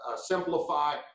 simplify